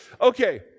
Okay